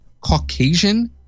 caucasian